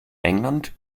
england